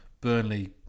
Burnley